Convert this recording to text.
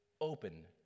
open